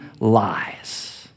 lies